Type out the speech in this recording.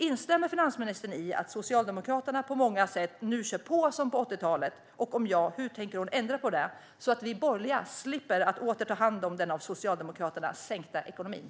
Instämmer finansministern i att Socialdemokraterna nu på många sätt kör på som på 80-talet? Om ja: Hur tänker hon ändra på det, så att vi borgerliga slipper att åter ta hand om den av Socialdemokraterna sänkta ekonomin?